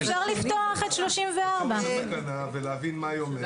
אפשר לפתוח את 34. צריך לפתוח את התקנה ולהבין מה היא אומרת.